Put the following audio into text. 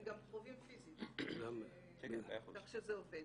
הם גם קרובים פיזית, כך שזה עובד.